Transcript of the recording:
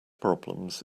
problems